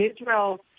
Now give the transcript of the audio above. Israel